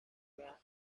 bra